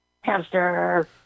Hamster